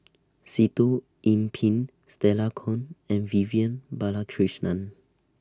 Sitoh Yih Pin Stella Kon and Vivian Balakrishnan